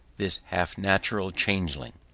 this half-natural changeling.